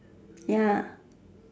ya